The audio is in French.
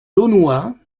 launois